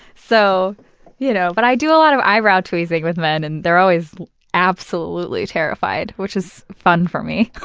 so you know but i do a lot of eyebrow tweezing with men, and they're always absolutely terrified, which is fun for me.